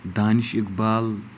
Danish Iqbal